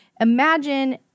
imagine